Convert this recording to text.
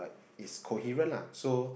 it's coherent lah so